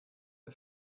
ist